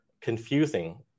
confusing